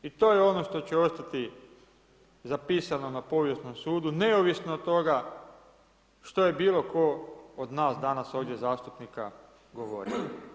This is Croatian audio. I to je ono što će ostati zapisati na povijesnom sudu neovisno od toga što je bilo tko od nas danas ovdje zastupnika govorio.